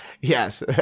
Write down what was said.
Yes